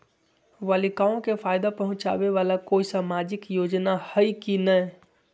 बालिकाओं के फ़ायदा पहुँचाबे वाला कोई सामाजिक योजना हइ की नय?